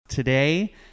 Today